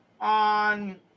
on